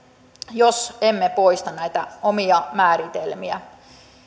jos emme poista näitä omia määritelmiä